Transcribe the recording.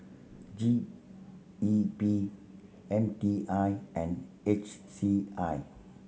G E P M T I and H C I